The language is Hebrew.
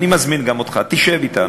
אני מזמין גם אותך, תשב אתנו.